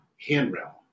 handrail